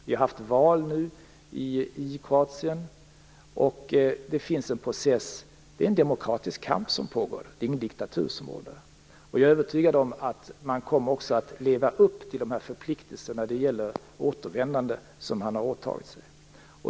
Det har varit val i Kroatien, och det pågår en demokratisk kamp, det är ingen diktatur. Jag är övertygad om att Kroatien också kommer att leva upp till de förpliktelser när det gäller återvändande som man har åtagit sig.